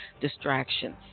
distractions